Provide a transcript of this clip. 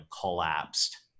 collapsed